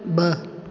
ब॒